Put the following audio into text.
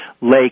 lake